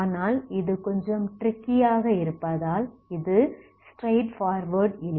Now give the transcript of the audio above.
ஆனால் இது கொஞ்சம் ட்ரிக்கி ஆக இருப்பதால் இது ஸ்ட்ரைட் ஃபார்வார்ட் இல்லை